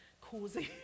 causing